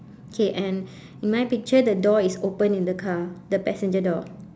okay and in my picture the door is open in the car the passenger door